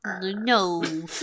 No